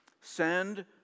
Send